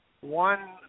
one